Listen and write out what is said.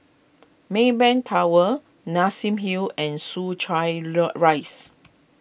Maybank Tower Nassim Hill and Soo Chai Rise